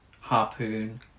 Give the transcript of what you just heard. harpoon